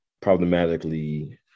problematically